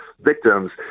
victims